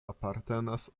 apartenas